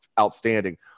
outstanding